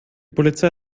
polizei